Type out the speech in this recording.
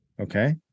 Okay